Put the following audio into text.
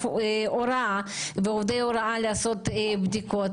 הוראה ועובדי הוראה לעשות בדיקות.